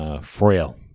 Frail